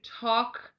talk